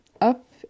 up